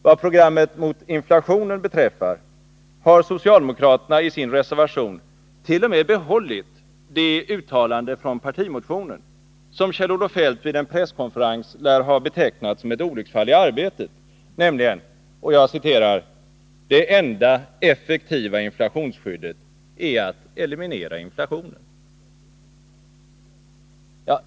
Vad programmet mot inflationen beträffar har socialdemokraterna i sin reservation t.o.m. behållit det uttalande från partimotionen som Kjell-Olof Feldt vid en presskonferens lär ha betecknat som ett olycksfall i arbetet, nämligen att ”det enda effektiva inflationsskyddet är att eliminera inflationen”.